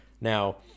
Now